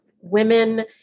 women